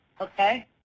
Okay